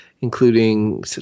including